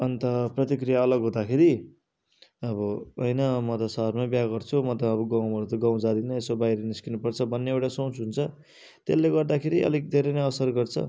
अन्त प्रतिक्रिया अलग हुँदाखेरि अब होइन म त सहरमा बिहा गर्छु म त अब गाउँबाट त गाउँ जाँदिनँ यसो बाहिर निस्कनु पर्छ भन्ने एउटा सोच हुन्छ त्यसले गर्दाखेरि अलिक धेरै नै असर गर्छ